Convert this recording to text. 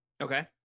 Okay